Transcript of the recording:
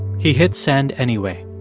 he hit send anyway.